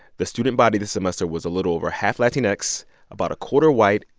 the student body this semester was a little over half latinx, about a quarter white,